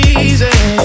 easy